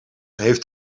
heeft